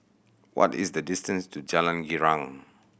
what is the distance to Jalan Girang